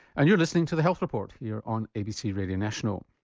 and you're listening to the health report here on abc radio national.